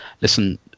listen